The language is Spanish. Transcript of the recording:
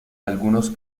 algunos